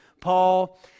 Paul